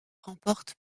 remporte